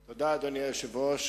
תודה, אדוני היושב-ראש.